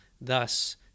Thus